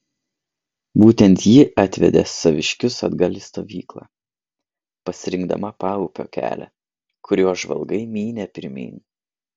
būtent ji atvedė saviškius atgal į stovyklą pasirinkdama paupio kelią kuriuo žvalgai mynė pirmyn